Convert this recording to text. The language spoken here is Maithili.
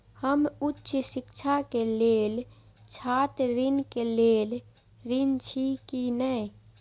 हम उच्च शिक्षा के लेल छात्र ऋण के लेल ऋण छी की ने?